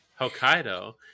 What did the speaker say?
Hokkaido